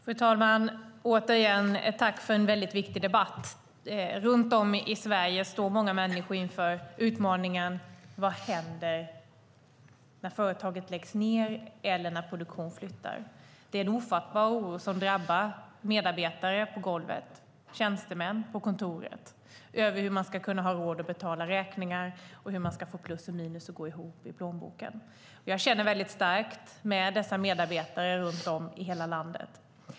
Fru talman! Återigen tackar jag för en väldigt viktig debatt. Runt om i Sverige står många människor inför utmaningen: Vad händer när företaget läggs ned eller när produktionen flyttar? Det är en ofattbar oro som drabbar medarbetare på golvet och tjänstemän på kontoret över hur man ska kunna ha råd att betala räkningar och hur man ska få plus och minus att gå ihop. Jag känner mycket starkt med dessa medarbetare runt om i hela landet.